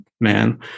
man